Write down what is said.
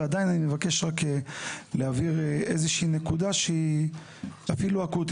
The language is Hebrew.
ועדיין אני מבקש רק להבהיר נקודה שהיא אקוטית.